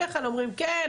בדרך כלל אומרים כן,